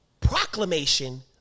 proclamation